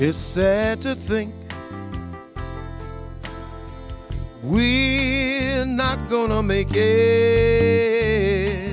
it's sad to think we are not going to make